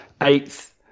eighth